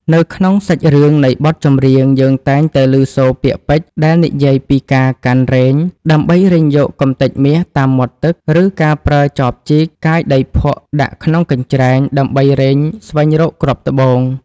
នៅក្នុងសាច់រឿងនៃបទចម្រៀង យើងតែងតែឮសូរពាក្យពេចន៍ដែលនិយាយពីការកាន់រែង ដើម្បីរែងយកកំទេចមាសតាមមាត់ទឹក ឬការប្រើ ចបជីក កាយដីភក់ដាក់ក្នុងកញ្ច្រែង ដើម្បីរែងស្វែងរកគ្រាប់ត្បូង។